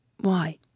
Why